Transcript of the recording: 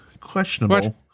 questionable